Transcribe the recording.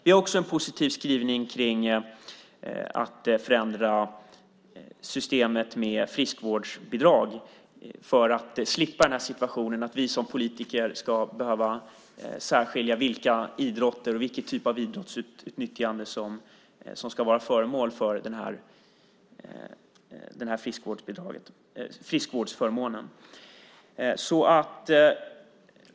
Vi har också en positiv skrivning om att förändra systemet med friskvårdsbidrag för att slippa situationen att vi som politiker ska behöva särskilja vilken typ av idrottsutnyttjande som ska vara föremål för friskvårdsförmånen.